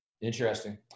Interesting